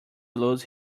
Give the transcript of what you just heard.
lose